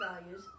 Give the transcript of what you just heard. values